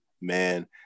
man